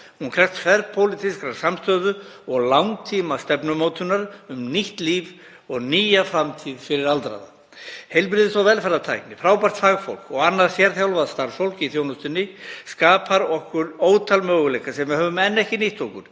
Hún krefst þverpólitískrar samstöðu og langtímastefnumótunar um nýtt líf og nýja framtíð fyrir aldraða. Heilbrigðis- og velferðartækni, frábært fagfólk og annað sérþjálfað starfsfólk í þjónustunni skapar okkur ótal möguleika sem við höfum enn ekki nýtt okkur.